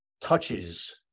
touches